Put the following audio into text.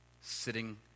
Sitting